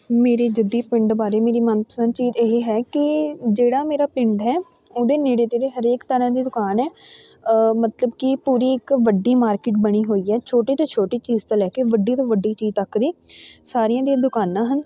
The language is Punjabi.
ਮੇਰੇ ਜੱਦੀ ਪਿੰਡ ਬਾਰੇ ਮੇਰੀ ਮਨਪਸੰਦ ਚੀਜ਼ ਇਹੀ ਹੈ ਕਿ ਜਿਹੜਾ ਮੇਰਾ ਪਿੰਡ ਹੈ ਉਹਦੇ ਨੇੜੇ ਤੇੜੇ ਹਰੇਕ ਤਰ੍ਹਾਂ ਦੀ ਦੁਕਾਨ ਹੈ ਮਤਲਬ ਕਿ ਪੂਰੀ ਇੱਕ ਵੱਡੀ ਮਾਰਕਿਟ ਬਣੀ ਹੋਈ ਹੈ ਛੋਟੇ ਤੋਂ ਛੋਟੀ ਚੀਜ਼ ਤੋਂ ਲੈ ਕੇ ਵੱਡੀ ਤੋਂ ਵੱਡੀ ਚੀਜ਼ ਤੱਕ ਦੀ ਸਾਰੀਆਂ ਦੀਆਂ ਦੁਕਾਨਾਂ ਹਨ